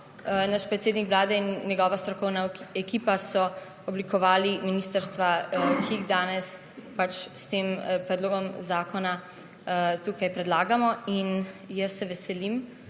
Naš predsednik Vlade in njegova strokovna ekipa so oblikovali ministrstva, ki jih danes s tem predlogom zakona tukaj predlagamo in jaz se veselim,